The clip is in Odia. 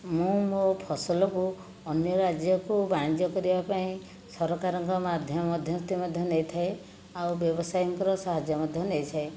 ମୁଁ ମୋ ଫସଲକୁ ଅନ୍ୟ ରାଜ୍ୟକୁ ବାଣିଜ୍ୟ କରିବା ପାଇଁ ସରକାରଙ୍କ ମଧ୍ୟସ୍ତି ମଧ୍ୟ ନେଇଥାଏ ଆଉ ବ୍ୟବସାୟୀଙ୍କର ସାହାଯ୍ୟ ମଧ୍ୟ ନେଇଥାଏ